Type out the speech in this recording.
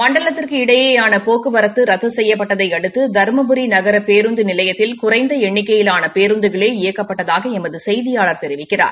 மண்டலத்திற்கு இடையேயான போக்குவரத்து ரத்து செய்யப்பட்டதை அடுத்து தருமபுரி நகர பேருந்து நிலையத்தில் குறைந்த எண்ணிக்கையிலான பேருந்துகளே இயக்கப்பட்டதாக எம்து செய்தியாளர் தெரிவிக்கிறார்